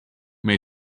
may